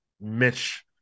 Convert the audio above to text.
Mitch